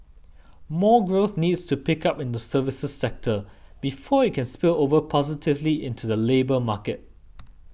more growth needs to pick up in the services sector before it can spill over positively into the labour market